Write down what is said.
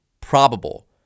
probable